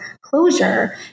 closure